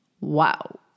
Wow